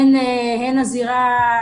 הן הזירה,